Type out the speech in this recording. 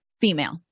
female